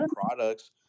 products